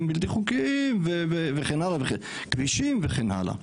בלתי חוקיים וכן הלאה וכבישים וכן הלאה.